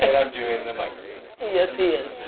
and i'm doing the microphone. yes, he is.